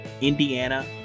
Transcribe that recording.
Indiana